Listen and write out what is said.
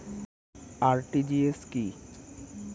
RTGS কি?